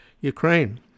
Ukraine